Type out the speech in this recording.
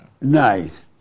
Nice